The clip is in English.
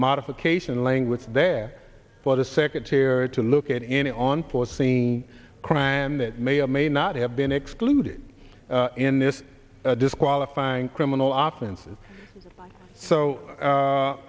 modification language there for the secretary to look at any on foreseen crime that may or may not have been excluded in this disqualifying criminal